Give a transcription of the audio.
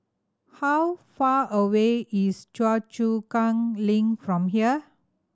how far away is Choa Chu Kang Link from here